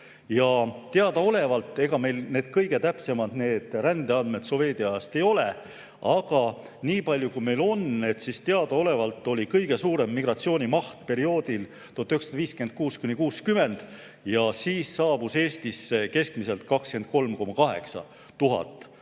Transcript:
Ja teadaolevalt – ega meil kõige täpsemad need rändeandmed sovetiajast ei ole, aga nii palju, kui meil neid on – oli kõige suurem migratsiooni maht perioodil 1956–1960 ja siis saabus Eestisse keskmiselt 23,8 tuhat